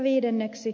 viidenneksi